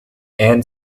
and